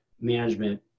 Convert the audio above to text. management